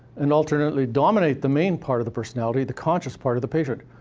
and alternately dominate the main part of the personality, the conscious part of the patient.